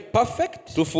perfect